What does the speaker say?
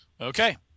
Okay